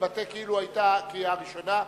להתבטא כאילו היתה קריאה ראשונה,